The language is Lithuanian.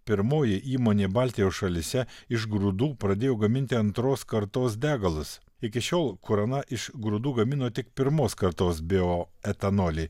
pirmoji įmonė baltijos šalyse iš grūdų pradėjo gaminti antros kartos degalus iki šiol kurana iš grūdų gamino tik pirmos kartos bioetanolį